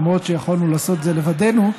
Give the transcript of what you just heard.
למרות שיכולנו לעשות את זה לבדנו.